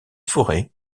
forêts